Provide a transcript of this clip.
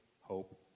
hope